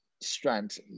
strength